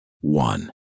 one